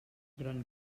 gran